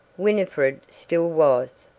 winifred still was,